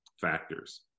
factors